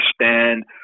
understand